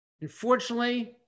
Unfortunately